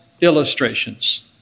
illustrations